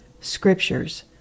scriptures